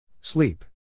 Sleep